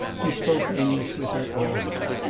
he spoke english with her, always.